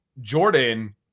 Jordan